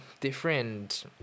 different